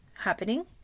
happening